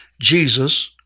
Jesus